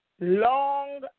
long